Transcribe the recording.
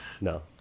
No